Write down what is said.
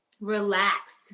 relaxed